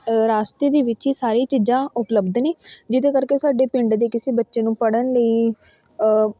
ਰਸਤੇ ਦੇ ਵਿੱਚ ਹੀ ਸਾਰੀਆਂ ਚੀਜ਼ਾਂ ਉਪਲੱਬਧ ਨੇ ਜਿਹਦੇ ਕਰਕੇ ਸਾਡੇ ਪਿੰਡ ਦੇ ਕਿਸੇ ਬੱਚੇ ਨੂੰ ਪੜ੍ਹਨ ਲਈ